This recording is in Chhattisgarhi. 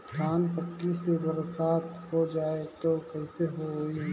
धान पक्की से बरसात हो जाय तो कइसे हो ही?